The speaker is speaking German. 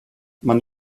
man